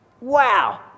Wow